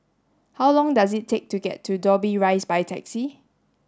how long does it take to get to Dobbie Rise by taxi